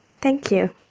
thank you.